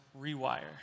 rewire